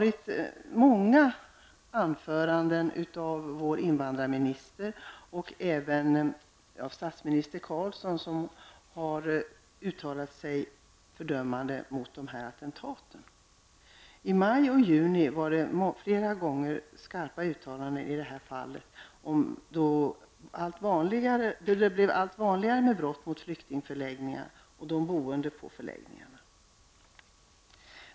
I många anföranden av vår invandrarminister, och även i anföranden av statsministern Carlsson, har fördömanden uttalats mot dessa attentat. I maj och juni gjordes flera gånger skarpa uttalanden, eftersom det blev allt vanligare med brott mot flyktingförläggningar och mot de boende på förläggningarna.